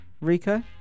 Rico